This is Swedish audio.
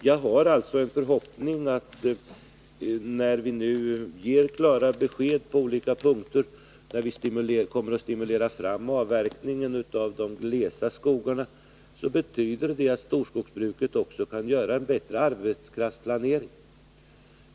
Jag har alltså förhoppningen att när vi nu ger klara besked på olika punkter och kommer att stimulera fram avverkningen av de glesa skogarna, så skall det betyda att man inom storskogsbruket kan göra en bättre arbetskraftsplanering.